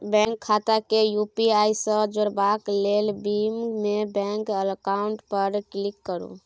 bank खाता केँ UPI सँ जोरबाक लेल भीम मे बैंक अकाउंट पर क्लिक करु